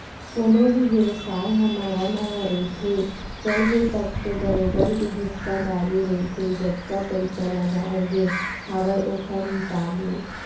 कोनो भी बेवसाय ह नवा नवा रहिथे, चलगे तब तो बरोबर के हिस्सादारी रहिथे जतका पइसा लगाय गे हावय ओखर हिसाब ले